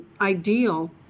ideal